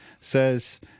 says